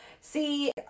See